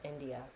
india